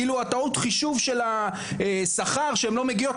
כאילו טעות החישוב של השכר - שהן לא מגיעות